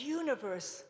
universe